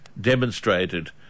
demonstrated